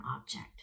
object